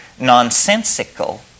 nonsensical